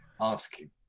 asking